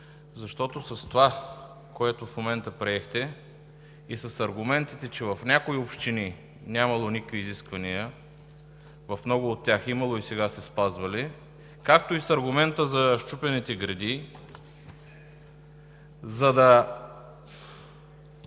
защото с това, което в момента приехте с аргументите, че в някои общини нямало никакви изисквания, в много от тях е имало и са се спазвали, както и с аргумента за счупените греди. За да